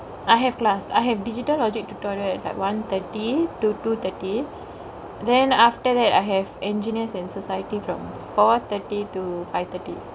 I have class I have digital object tutorial at like one thirty to two thirty then after that I have engkineers and societies from four thirty to five thirty